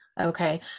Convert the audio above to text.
Okay